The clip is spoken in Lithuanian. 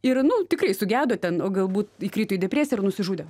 ir nu tikrai sugedo ten o galbūt įkrito į depresiją ir nusižudė